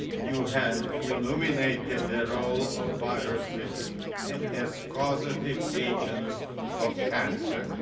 you have illuminated the role of viruses as causative agents of cancer